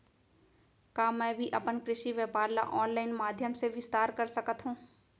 का मैं भी अपन कृषि व्यापार ल ऑनलाइन माधयम से विस्तार कर सकत हो?